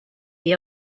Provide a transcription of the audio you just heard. that